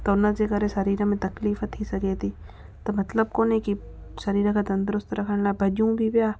त उनजे करे शरीर में तकलीफ़ थी सघे थी त मतिलब कोन्हे की शरीर खे तंदुरुस्तु रखण लाइ भॼूं बि पिया